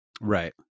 Right